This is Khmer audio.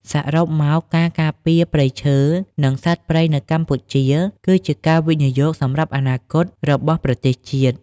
សរុបមក ការការពារព្រៃឈើ និងសត្វព្រៃនៅកម្ពុជាគឺជាការវិនិយោគសម្រាប់អនាគតរបស់ប្រទេសជាតិ។